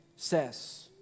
says